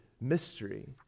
mystery